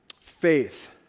Faith